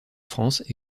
france